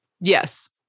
Yes